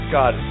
God